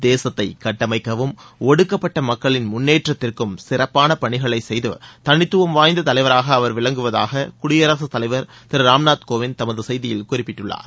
தேசத்தை கட்டமைக்கவும் ஒடுக்கப்பட்ட மக்களின் முன்னேற்றத்திற்கும் சிறப்பான பணிகளை செய்து தனித்துவம் வாய்ந்த தலைவராக அவர் விளங்குவதாக குடியரசுத் தலைவர் திரு ராம்நாத் கோவிந்த் தமது செய்தியில் குறிப்பிட்டுள்ளார்